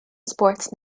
sports